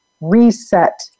reset